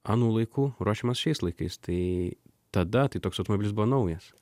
anų laikų ruošiamas šiais laikais tai tada tai toks automobilis buvo naujas